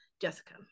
Jessica